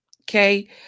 Okay